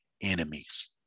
enemies